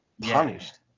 punished